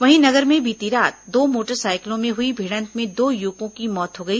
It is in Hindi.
वहीं नगर में बीती रात दो मोटरसाइकिलों में हुई भिडंत में दो युवकों की मौत हो गई